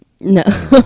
no